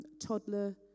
toddler